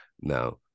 Now